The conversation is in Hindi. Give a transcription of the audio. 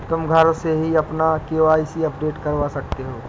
तुम घर से ही अपना के.वाई.सी अपडेट करवा सकते हो